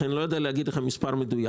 לכן, אני לא יודע להגיד לך מספר מדויק.